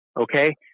Okay